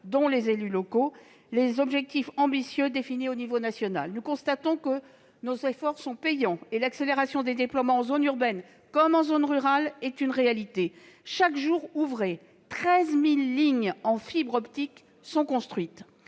dont les élus locaux, les objectifs ambitieux définis au niveau national. Nous constatons que nos efforts sont payants : l'accélération des déploiements est une réalité, dans les zones urbaines comme dans les zones rurales. Chaque jour ouvré, 13 000 lignes en fibre optique sont construites.